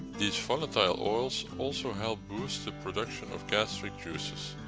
these volatile oils also help boost the production of gastric juices,